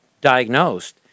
diagnosed